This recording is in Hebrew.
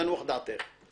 שתנוח דעתך.